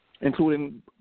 including